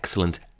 Excellent